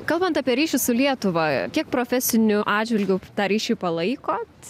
kalbant apie ryšius su lietuva kiek profesiniu atžvilgiu tą ryšį palaikot